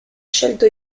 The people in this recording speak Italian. scelto